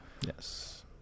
Yes